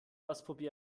ausprobieren